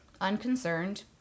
unconcerned